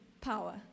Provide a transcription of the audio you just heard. Power